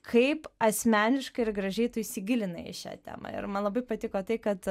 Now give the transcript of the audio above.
kaip asmeniškai ir gražiai tu įsigilinai į šią temą ir man labai patiko tai kad